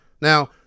Now